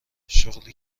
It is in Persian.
شغلی